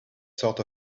sort